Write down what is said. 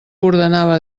ordenava